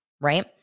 right